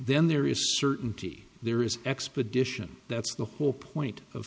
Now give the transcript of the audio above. then there is certainty there is expedition that's the whole point of